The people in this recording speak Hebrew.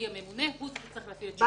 הממונה הוא זה שצריך להפעיל את שיקול הדעת.